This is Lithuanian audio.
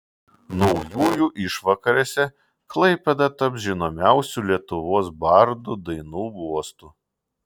naujųjų išvakarėse klaipėda taps žinomiausių lietuvos bardų dainų uostu